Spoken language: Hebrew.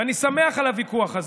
ואני שמח על הוויכוח הזה.